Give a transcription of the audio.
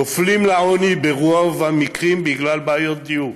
נופלים לעוני ברוב המקרים בגלל בעיות דיור,